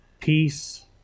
Peace